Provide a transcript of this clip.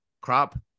Crop